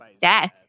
death